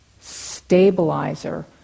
stabilizer